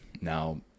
now